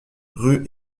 rue